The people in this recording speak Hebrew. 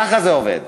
ככה זה עובד.